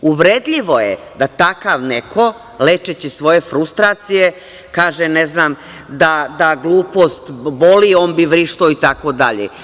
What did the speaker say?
Uvredljivo je da takav neko lečeći svoje frustracije kaže da glupost boli, on bi vrištao itd.